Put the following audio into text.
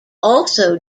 also